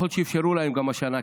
יכול להיות שאפשרו להם גם השנה,